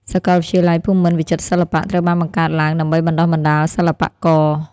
សកលវិទ្យាល័យភូមិន្ទវិចិត្រសិល្បៈត្រូវបានបង្កើតឡើងដើម្បីបណ្តុះបណ្តាលសិល្បករ។